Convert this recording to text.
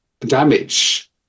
damage